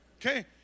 okay